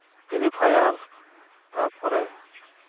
free fire ᱛᱟᱯᱚᱨᱮ